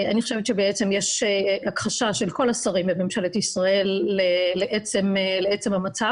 אני חושבת שבעצם יש הכחשה של כל השרים בממשלת ישראל לעצם המצב.